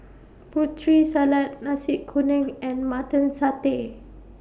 Putri Salad Nasi Kuning and Mutton Satay